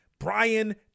Brian